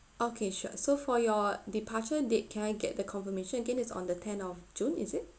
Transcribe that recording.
okay sure so for your departure date can I get the confirmation again it's on the tenth of june is it